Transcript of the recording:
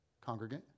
Congregate